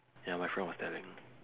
ya my friend was telling